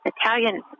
Italian